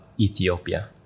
Ethiopia